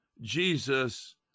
Jesus